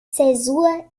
zäsur